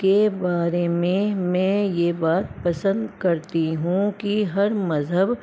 کے بارے میں میں یہ بات پسند کرتی ہوں کہ ہر مذہب